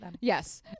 Yes